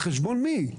על חשבון מי?